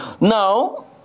Now